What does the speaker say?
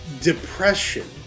depression